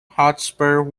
hotspur